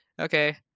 okay